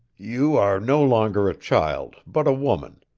you are no longer a child, but a woman.